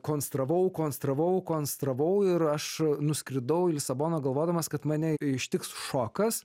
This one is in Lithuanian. konstravau konstravau konstravau ir aš nuskridau į lisaboną galvodamas kad mane ištiks šokas